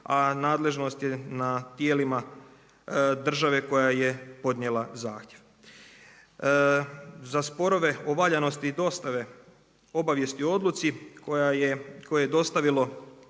a nadležnost je na tijelima države koja je podnijela zahtjev. Za sporove o valjanosti dostave obavijesti o odluci koju je dostavilo